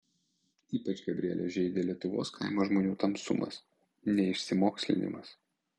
ypač gabrielę žeidė lietuvos kaimo žmonių tamsumas neišsimokslinimas